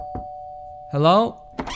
hello